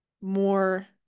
more